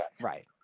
Right